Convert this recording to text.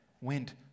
went